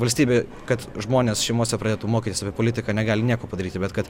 valstybė kad žmonės šeimose pradėtų mokytis apie politiką negali nieko padaryti bet kad